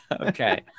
Okay